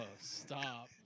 stop